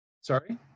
sorry